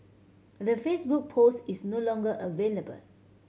the Facebook post is no longer available